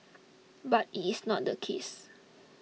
but it's not the case